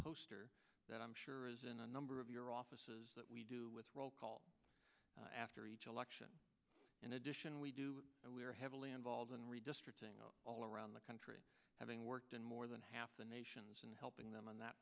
poster that i'm sure is in a number of your offices that we do with roll call after each election in addition we do we are heavily involved in redistricting all around the country having worked in more than half the nations in helping them in that